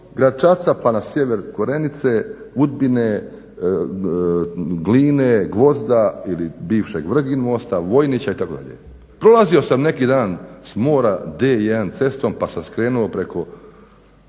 Gračaca pa na sjever Korenice, Udbine, Gline, Gvozda ili bivšeg Vrgin mosta, Vojnića itd. Prolazio sam neki dan s mora D1 cestom pa sam skrenuo preko